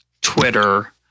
Twitter